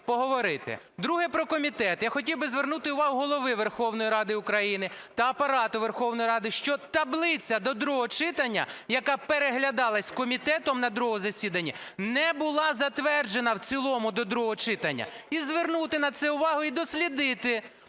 Друге – про комітет. Я хотів би звернути увагу Голови Верховної Ради України та Апарату Верховної Ради, що таблиця до другого читання, яка переглядалася комітетом на другому засіданні, не була затверджена в цілому до другого читання, і звернути на це увагу, і дослідити.